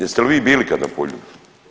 Jeste li vi bili kad na Poljudu?